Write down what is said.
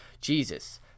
Jesus